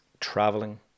traveling